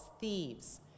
thieves